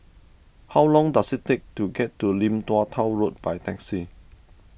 how long does it take to get to Lim Tua Tow Road by taxi